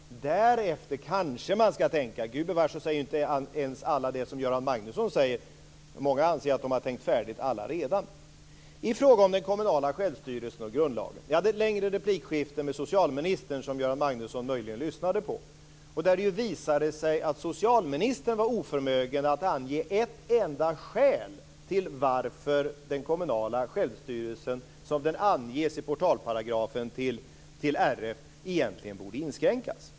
Därefter ska man kanske tänka. Gubevars säger inte alla det som Göran Magnusson säger och många anser att de allaredan har tänkt färdigt i fråga om den kommunala självstyrelsen och grundlagen. Jag hade ett längre replikskifte med socialministern som Göran Magnusson möjligen lyssnade på och där det visade sig att socialministern var oförmögen att ange ett enda skäl till att den kommunala självstyrelsen, som den anges i portalparagrafen till RF, egentligen borde inskränkas.